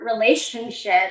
relationship